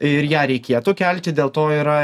ir ją reikėtų kelti dėl to yra